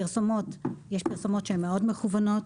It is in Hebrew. יש פרסומות שהן מאוד מכוונות.